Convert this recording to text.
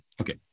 Okay